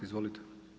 Izvolite.